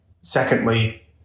Secondly